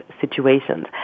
situations